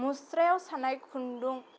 मुसरायाव सानाय खुन्दुं